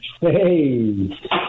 Hey